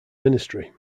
ministry